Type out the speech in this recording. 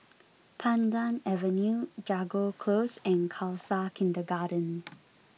Pandan Avenue Jago Close and Khalsa Kindergarten